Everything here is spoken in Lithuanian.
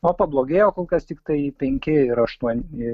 o pablogėjo kol kas tiktai penki ir aštuoni